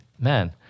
man